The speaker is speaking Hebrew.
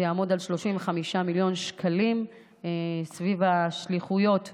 זה יעמוד על 35 מיליון שקלים סביב השליחויות בעולם.